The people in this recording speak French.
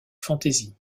fantasy